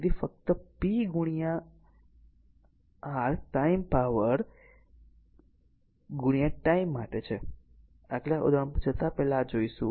તેથી ફક્ત p ગુણ્યા r ટાઇમ પાવર ટાઈમ માટે છે આગલા ઉદાહરણ પર જતા પહેલા આ જોઈશું